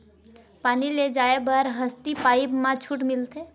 पानी ले जाय बर हसती पाइप मा छूट मिलथे?